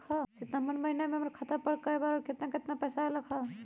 सितम्बर महीना में हमर खाता पर कय बार बार और केतना केतना पैसा अयलक ह?